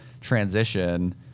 transition